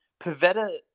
Pavetta